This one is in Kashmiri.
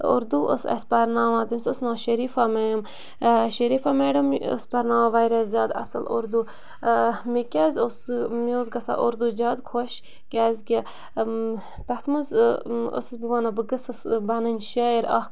اُردو ٲس اَسہِ پَرناوان تٔمِس ٲس ناو شریٖفا میم شریٖفا میڈم ٲس پَرناوان واریاہ زیادٕ اَصٕل اُردو مےٚ کیٛازِ اوس سُہ مےٚ اوس گژھان اُردو جادٕ خۄش کیٛازکہِ تَتھ منٛز ٲسٕس بہٕ وَنان بہٕ گٔژھٕس بَنٕنۍ شٲعر اَکھ